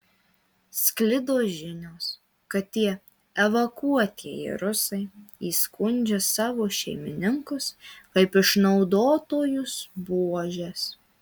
sklido žinios kad tie evakuotieji rusai įskundžia savo šeimininkus kaip išnaudotojus buožes